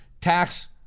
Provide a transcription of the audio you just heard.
tax